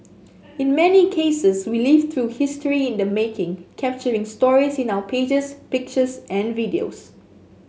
in many cases we live through history in the making capturing stories in our pages pictures and videos